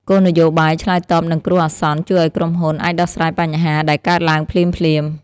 គោលនយោបាយឆ្លើយតបនឹងគ្រោះអាសន្នជួយឱ្យក្រុមហ៊ុនអាចដោះស្រាយបញ្ហាដែលកើតឡើងភ្លាមៗ។